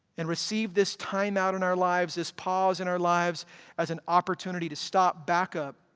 and receive this time out in our lives, this pause in our lives as an opportunity to stop, back up,